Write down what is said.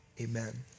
Amen